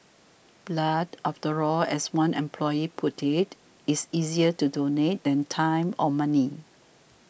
blood after all as one employee put it is easier to donate than time or money